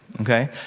okay